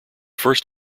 first